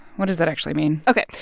what does that actually mean? ok.